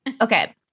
Okay